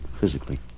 physically